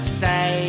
say